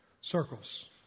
circles